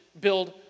build